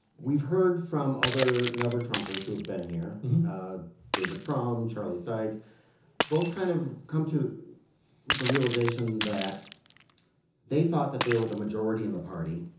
we've heard from other never trump errs who have been here david from charlie sykes both kind of come to the the realization that they thought that they were the majority in the party